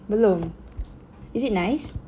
belum is it nice